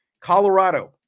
Colorado